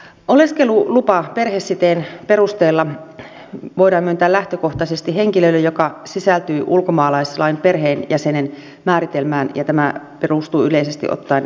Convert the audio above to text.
oleskelulupa perhesiteen perusteella voidaan myöntää lähtökohtaisesti henkilölle joka sisältyy ulkomaalaislain perheenjäsenen määritelmään ja tämä perustuu yleisesti ottaen ydinperheen käsitteeseen